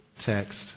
text